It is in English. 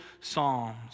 psalms